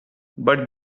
but